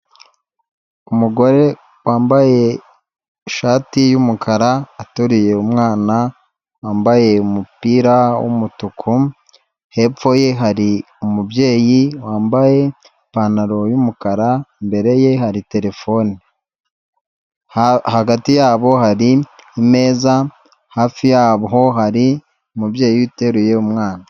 Umugore wambaye ishati y'umukara, aturiye umwana wambaye umupira w'umutuku, hepfo ye hari umubyeyi wambaye ipantaro y'umukara, imbere ye hari telefone, hagati yabo hari imeza, hafi yabo hari umubyeyi uteruye umwana.